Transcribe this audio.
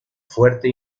fuerte